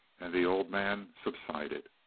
and the old man subsided.